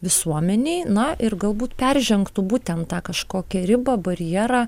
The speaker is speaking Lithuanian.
visuomenei na ir galbūt peržengtų būtent tą kažkokią ribą barjerą